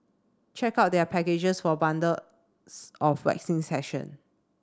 check out their packages for bundles of waxing session